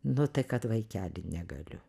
nu tai kad vaikeli negaliu